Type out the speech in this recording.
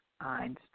Einstein